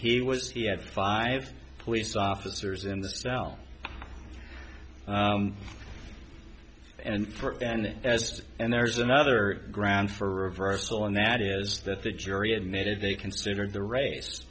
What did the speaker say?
he was he had five police officers in the south and then as and there's another ground for reversal and that is that the jury admitted they considered the rac